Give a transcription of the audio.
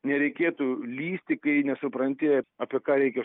nereikėtų lįsti kai nesupranti apie ką reikia